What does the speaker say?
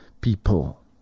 People